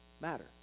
matter